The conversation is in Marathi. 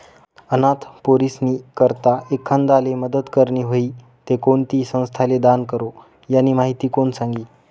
अनाथ पोरीस्नी करता एखांदाले मदत करनी व्हयी ते कोणती संस्थाले दान करो, यानी माहिती कोण सांगी